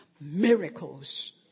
miracles